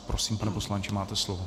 Prosím, pane poslanče, máte slovo.